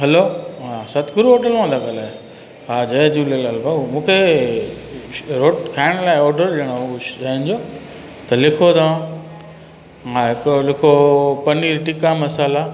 हलो हा सतगुरू होटल मां था ॻाल्हायो हा जय झूलेलाल भाउ मूंखे रो खाइण लाइ ऑडर ॾियणो हुओ कुझु शइनि जो त लिखो तव्हां मां हिकिड़ो लिखो पनीर टिक्का मसाला